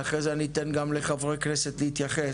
ואחרי זה אני אתן גם לחברי הכנסת להתייחס.